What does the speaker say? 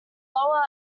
lower